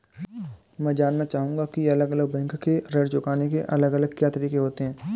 मैं जानना चाहूंगा की अलग अलग बैंक के ऋण चुकाने के अलग अलग क्या तरीके होते हैं?